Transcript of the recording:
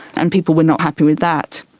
and people were not happy with that.